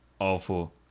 awful